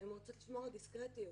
הן רוצות לשמור על דיסקרטיות.